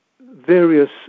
various